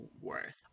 worth